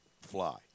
fly